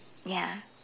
ya